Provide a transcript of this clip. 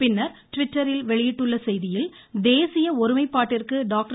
பின்னர் ட்விட்டரில் வெளியிட்டுள்ள செய்தியில் தேசிய ஒருமைப்பாட்டிற்கு டாக்டர்